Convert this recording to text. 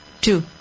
two